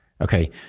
Okay